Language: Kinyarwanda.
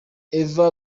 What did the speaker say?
eva